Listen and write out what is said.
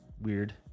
weird